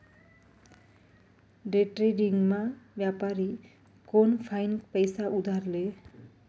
डेट्रेडिंगमा व्यापारी कोनफाईन पैसा उधार ले